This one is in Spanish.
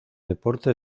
deporte